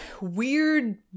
weird